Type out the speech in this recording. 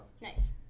nice